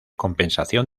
compensación